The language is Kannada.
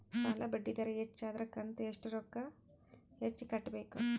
ಸಾಲಾ ಬಡ್ಡಿ ದರ ಹೆಚ್ಚ ಆದ್ರ ಕಂತ ಎಷ್ಟ ರೊಕ್ಕ ಹೆಚ್ಚ ಕಟ್ಟಬೇಕು?